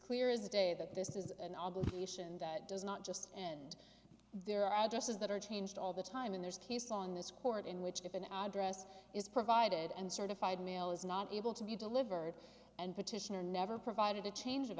clear is the day that this is an obligation that does not just and there are addresses that are changed all the time and there's case law in this court in which if an address is provided and certified mail is not able to be delivered and petitioner never provided a change of